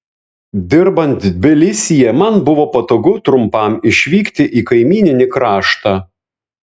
dirbant tbilisyje man buvo patogu trumpam išvykti į kaimyninį kraštą